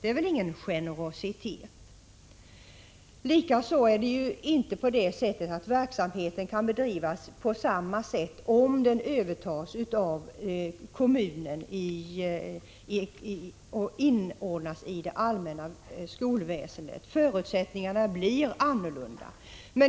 Det är ingen generositet. Det är inte heller så att verksamheten kan bedrivas på samma sätt om den övertas av kommunen och inordnas i det allmänna skolväsendet. Förutsättningarna blir annorlunda.